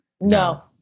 No